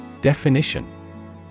Definition